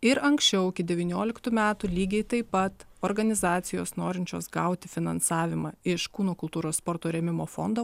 ir anksčiau iki devynioliktų metų lygiai taip pat organizacijos norinčios gauti finansavimą iš kūno kultūros sporto rėmimo fondo